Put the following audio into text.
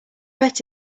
bet